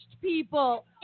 people